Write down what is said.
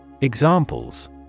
Examples